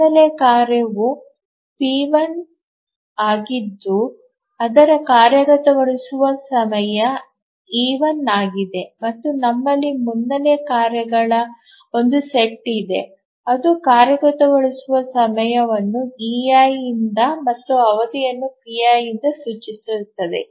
ಮುನ್ನೆಲೆ ಕಾರ್ಯವು p1 ಆಗಿದ್ದು ಅದರ ಕಾರ್ಯಗತಗೊಳಿಸುವ ಸಮಯ e1 ಆಗಿದೆ ಮತ್ತು ನಮ್ಮಲ್ಲಿ ಮುನ್ನೆಲೆ ಕಾರ್ಯಗಳ ಒಂದು ಸೆಟ್ ಇದೆ ಅದು ಕಾರ್ಯಗತಗೊಳಿಸುವ ಸಮಯವನ್ನು ei ಯಿಂದ ಮತ್ತು ಅವಧಿಯನ್ನು pi ಯಿಂದ ಸೂಚಿಸುತ್ತದೆ